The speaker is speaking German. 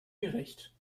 gerecht